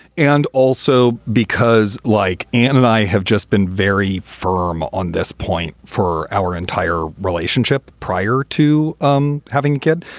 and also because like ann and i have just been very firm on this point for our entire relationship prior to um having a kid,